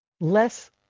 less